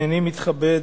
הנני מתכבד,